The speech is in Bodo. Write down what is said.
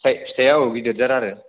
फिथाय फिथाया औ गिदिरजाथ आरो